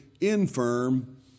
infirm